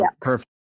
Perfect